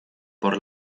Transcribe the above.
por